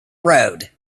road